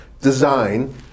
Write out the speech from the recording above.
design